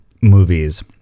movies